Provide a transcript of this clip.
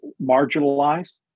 marginalized